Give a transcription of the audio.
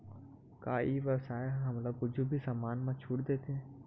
का ई व्यवसाय ह हमला कुछु भी समान मा छुट देथे?